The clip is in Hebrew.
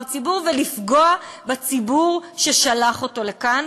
ציבור ולפגוע בציבור ששלח אותו לכאן,